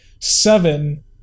seven